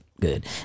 good